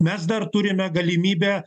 mes dar turime galimybę